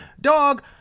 dog